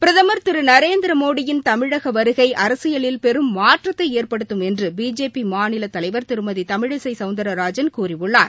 பிரதுர் திரு நரேந்திர மோடியின் தமிழக வருகை அரசியலில் பெரும் மாற்றத்தை ஏற்படுத்தும் என்று பிஜேபி மாநிலத் தலைவர் திருமதி தமிழிசை சௌந்தரராஜன் கூறியுள்ளார்